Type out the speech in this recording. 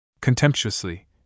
Contemptuously